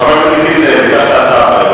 חבר הכנסת נסים זאב, ביקשת הצעה אחרת,